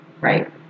Right